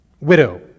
Widow